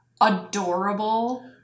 adorable